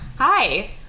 Hi